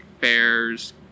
fairs